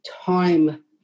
time